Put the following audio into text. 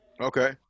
Okay